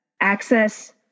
access